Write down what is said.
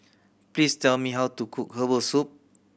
please tell me how to cook herbal soup